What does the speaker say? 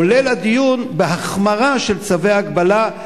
כולל הדיון בהחמרה של צווי הגבלה,